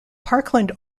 parkland